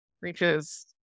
reaches